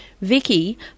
Vicky